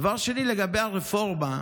דבר שני, לגבי הרפורמה.